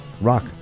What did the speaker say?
rock